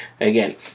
Again